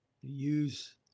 Use